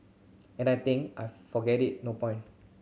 and I think I forget it no point